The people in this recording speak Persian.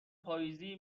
پاییزی